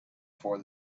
for